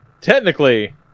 Technically